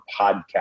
podcast